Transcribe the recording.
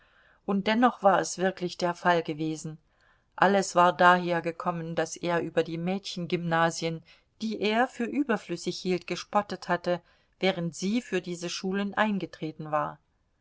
und dennoch war es wirklich der fall gewesen alles war daher gekommen daß er über die mädchengymnasien die er für überflüssig hielt gespottet hatte während sie für diese schulen eingetreten war